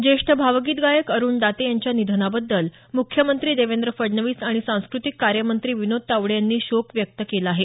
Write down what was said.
ज्येष्ठ भावगीत गायक अरुण दाते यांच्या निधनाबद्दल म्ख्यमंत्री देवेंद्र फडणवीस आणि सांस्कृतिक कार्य मंत्री विनोद तावडे यांनी शोक व्यक्त केला आहे